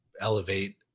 elevate